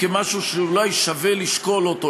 כמשהו שאולי שווה לשקול אותו,